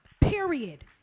Period